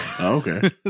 Okay